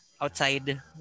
outside